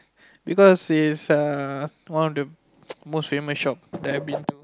because is err one of the most famous shop that I've been to